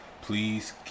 Please